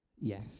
Yes